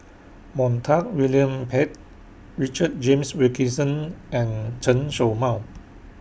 Montague William Pett Richard James Wilkinson and Chen Show Mao